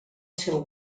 seu